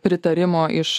pritarimo iš